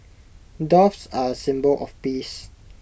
doves are A symbol of peace